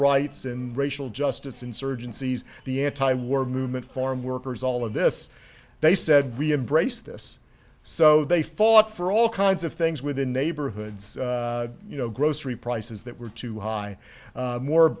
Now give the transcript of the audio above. rights and racial justice insurgencies the antiwar movement farm workers all of this they said we embrace this so they fought for all kinds of things within neighborhoods you know grocery prices that were too high more